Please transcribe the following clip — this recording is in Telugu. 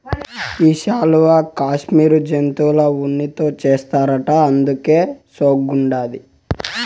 ఈ శాలువా కాశ్మీరు జంతువుల ఉన్నితో చేస్తారట అందుకే సోగ్గుండాది